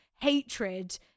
hatred